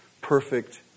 perfect